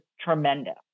tremendous